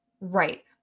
Right